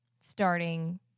starting